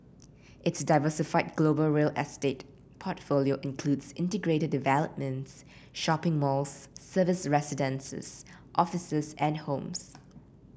its diversified global real estate portfolio includes integrated developments shopping malls serviced residences offices and homes